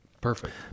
perfect